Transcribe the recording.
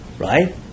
Right